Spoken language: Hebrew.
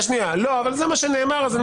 זה מה שנאמר.